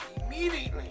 Immediately